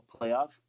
playoff